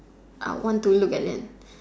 I want to look at them